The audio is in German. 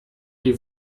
die